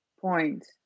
point